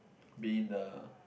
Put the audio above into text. being the